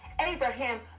Abraham